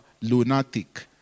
lunatic